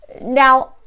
Now